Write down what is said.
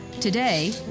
Today